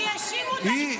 האשימו אותה?